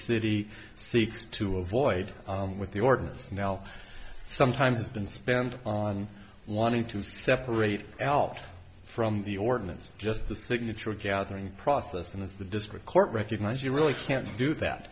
city seeks to avoid with the ordinance now some time has been spend on wanting to separate out from the ordinance just the signature gathering process and as the district court recognized you really can't do that